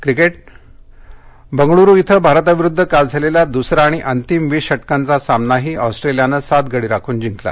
cricket Bengaluru इथं भारताविरुद्ध काल झालेला द्सरा आणि अंतिम वीस षटकांचा सामनाही ऑस्ट्रेलियानं सात गडी राखून जिंकला